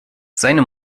seine